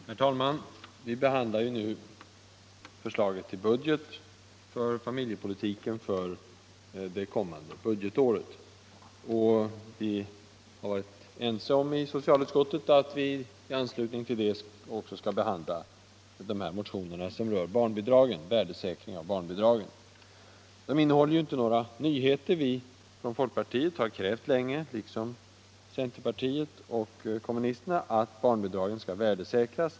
Herr talman! Vi behandlar nu förslaget till budget för familjepolitiken för det kommande budgetåret. Vi har varit ense om i socialutskottet att vi, i anslutning till det, också skall behandla de motioner som rör värdesäkring av barnbidragen. De innehåller inte några nyheter. Vi från folkpartiet har länge krävt, liksom centerpartiet och kommunisterna, att barnbidragen skall värdesäkras.